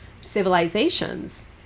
civilizations